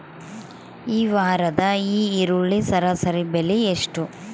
ಈ ವಾರದ ಈರುಳ್ಳಿ ಸರಾಸರಿ ಬೆಲೆ ಎಷ್ಟು?